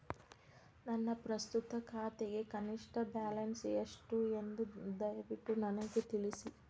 ನನ್ನ ಪ್ರಸ್ತುತ ಖಾತೆಗೆ ಕನಿಷ್ಟ ಬ್ಯಾಲೆನ್ಸ್ ಎಷ್ಟು ಎಂದು ದಯವಿಟ್ಟು ನನಗೆ ತಿಳಿಸಿ